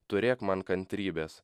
turėk man kantrybės